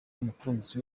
umukunzi